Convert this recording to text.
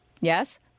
Yes